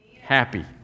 Happy